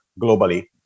globally